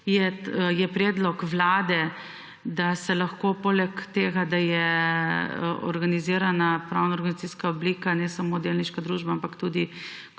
je predlog Vlade, da se lahko poleg tega, da je organizirana pravna organizacijska oblika, ne samo delniška družba, ampak tudi